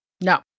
No